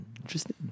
Interesting